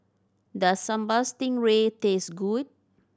does Sambal Stingray taste good